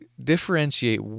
differentiate